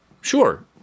Sure